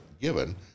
given